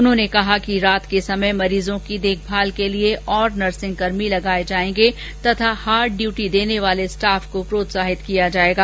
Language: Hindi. उन्होंने कहा कि रात के समय मरीजों की देखभाल के लिए और नर्सिंगकर्मी लगाये जाएंगे तथा हार्ड इय्यूटी देने वाले स्टाफ को प्रोत्साहित किया जाएगा